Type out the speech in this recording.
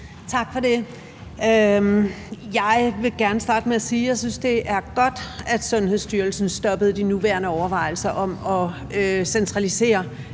Tak for det. Jeg vil gerne starte med at sige, at jeg synes, det er godt, at Sundhedsstyrelsen stoppede de nuværende overvejelser om at centralisere